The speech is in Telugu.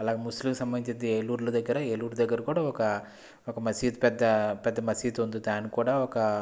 అలాగే ముస్లిం సంబంధించిది ఏలూరు దగ్గర ఏలూరు దగ్గర కూడా ఒక ఒక మసీదు పెద్ద మసీదు ఉంది దాన్ని కూడా ఒక